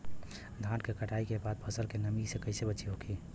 धान के कटाई के बाद फसल के नमी से कइसे बचाव होखि?